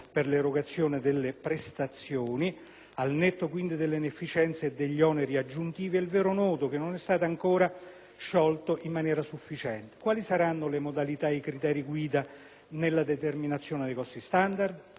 per l'erogazione delle prestazioni (al netto quindi delle inefficienze e degli oneri aggiuntivi), è il vero nodo, che non è stato ancora sciolto in maniera sufficiente. Quali saranno le modalità e i criteri guida nella determinazione dei costi standard?